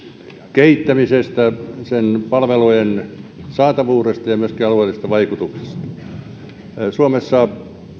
kehittämisestä sen palvelujen saatavuudesta ja myöskin alueellisista vaikutuksista suomessa